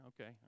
Okay